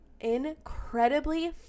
incredibly